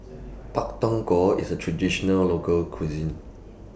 Pak Thong Ko IS A Traditional Local Cuisine